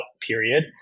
period